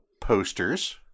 posters